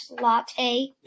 latte